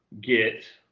get